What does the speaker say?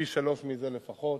פי-שלושה מזה לפחות.